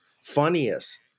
funniest